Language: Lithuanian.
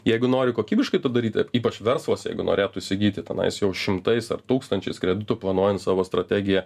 jeigu nori kokybiškai tą daryti ypač verslas jeigu norėtųsi įgyti tenais jau šimtais ar tūkstančiais kreditų planuojant savo strategiją